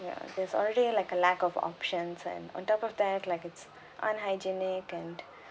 ya there's already like a lack of options and on top of that like it's unhygienic and